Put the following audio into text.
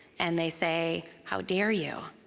and they say, how dare you,